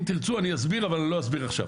אם תרצו אני אסביר אבל לא אסביר עכשיו.